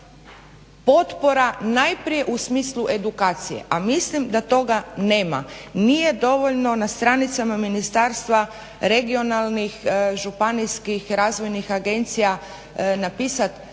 potpora najprije u smislu edukacije, a mislim da toga nema. Nije dovoljno na stranicama ministarstva regionalnih, županijskih, razvojnih agencija napisat